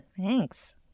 Thanks